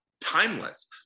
timeless